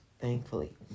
thankfully